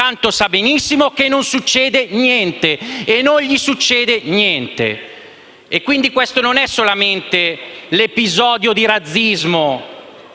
tanto sa benissimo che non succede niente e non gli succede niente. Questo non è solamente l'episodio di razzismo